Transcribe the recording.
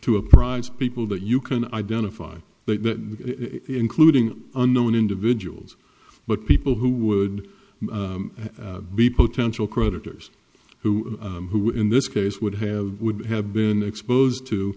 apprise people that you can identify that including unknown individuals but people who would be potential creditors who who in this case would have would have been exposed to